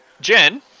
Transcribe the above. Jen